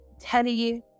Teddy